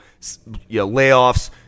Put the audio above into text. layoffs